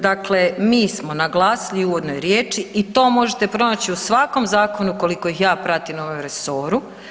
Dakle, mi smo naglasili i u uvodnoj riječi i to možete pronaći u svakom zakonu koliko ih ja pratim u ovom resoru.